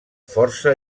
força